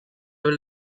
will